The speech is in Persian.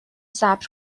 صبر